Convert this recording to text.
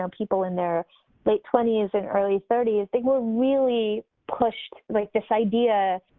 um people in their late twenty s and early thirty s, they were really pushed like this idea,